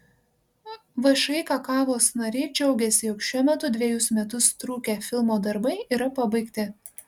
všį kakavos nariai džiaugiasi jog šiuo metu dvejus metus trukę filmo darbai yra pabaigti